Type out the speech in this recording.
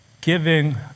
giving